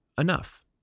enough